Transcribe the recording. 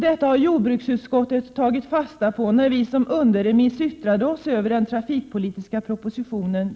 Detta har vi i jordbruksutskottet tagit fasta på när vi som underremissorgan har yttrat oss till trafikutskottet över den trafikpolitiska propositionen.